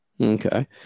Okay